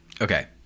Okay